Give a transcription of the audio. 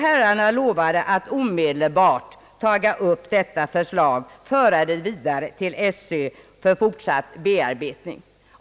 Herrarna 10 vade att omedelbart ta upp förslaget och föra det vidare till Sö för fortsatt bearbetning.